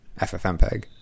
FFmpeg